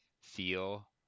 feel